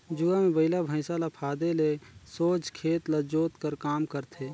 जुवा मे बइला भइसा ल फादे ले सोझ खेत ल जोत कर काम करथे